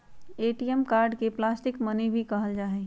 ATM card के plastic money भी कहल जाहई